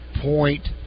point